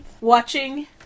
watching